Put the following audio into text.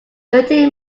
thirty